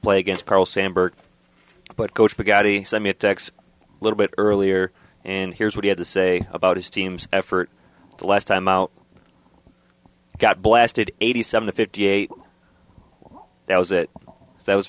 play against carl sandburg but go to the gotti summit a little bit earlier and here's what he had to say about his team's effort the last time out got blasted eighty seven fifty eight that was it that was